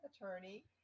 attorney